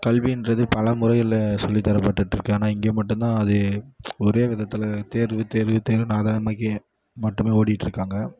கல்வின்றது பல முறையில் சொல்லி தரப்பட்டுட்டிருக்கு ஆனால் இங்கே மட்டும் தான் அது ஒரே விதத்தில் தேர்வு தேர்வு தேர்வுன்னு ஆதாரமாக்கி மட்டுமே ஓட்டிட்டிருக்காங்க